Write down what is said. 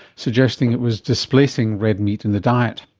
suggesting it was displacing red meat in the diet.